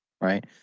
right